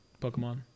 Pokemon